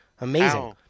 Amazing